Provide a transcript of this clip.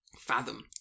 fathom